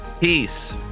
Peace